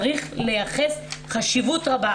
צריך לייחס חשיבות רבה.